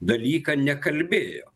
dalyką nekalbėjo